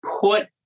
put